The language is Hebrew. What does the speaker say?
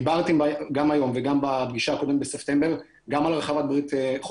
דיברתם גם היום וגם בפגישה הקודמת בספטמבר גם על הרחבת חוק